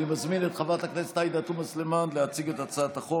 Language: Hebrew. אני מזמין את חברת הכנסת עאידה תומא סלימאן להציג את הצעת החוק,